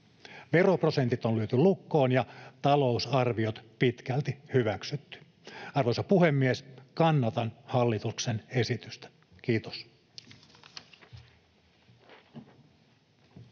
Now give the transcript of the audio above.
Veroprosentit on lyöty lukkoon ja talousarviot pitkälti hyväksytty. Arvoisa puhemies, kannatan hallituksen esitystä. — Kiitos.